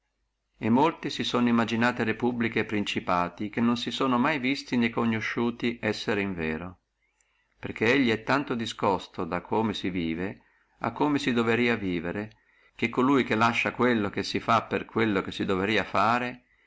e molti si sono immaginati repubbliche e principati che non si sono mai visti né conosciuti essere in vero perché elli è tanto discosto da come si vive a come si doverrebbe vivere che colui che lascia quello che si fa per quello che si doverrebbe fare